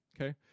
okay